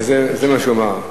זה מה שהוא אמר.